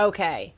Okay